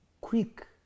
quick